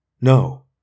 No